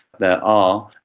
there are,